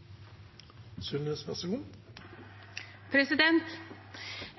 som er så vidtgående at de strider mot helt grunnleggende prinsipper som selvbestemmelse, organisasjonsfrihet og personvern.